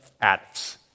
addicts